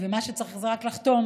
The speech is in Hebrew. ומה שצריך זה רק לחתום.